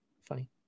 funny